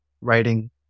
writing